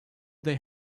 they